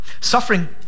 Suffering